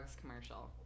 commercial